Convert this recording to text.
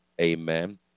Amen